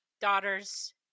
daughters